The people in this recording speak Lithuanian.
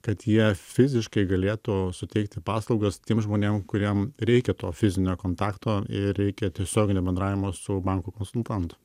kad jie fiziškai galėtų suteikti paslaugas tiem žmonėm kuriem reikia to fizinio kontakto ir reikia tiesioginio bendravimo su banko konsultantu